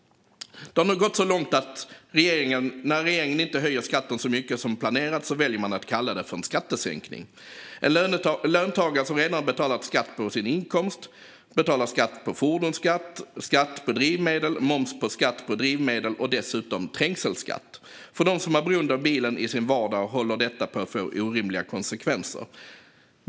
Det har nu gått så långt att när regeringen inte höjer skatten så mycket som planerat väljer man att kalla det för en skattesänkning. En löntagare som redan har betalat skatt på sin inkomst betalar fordonsskatt, skatt på drivmedel, moms på skatt på drivmedel och dessutom trängselskatt. För dem som är beroende av bilen i sin vardag håller detta på att få orimliga konsekvenser.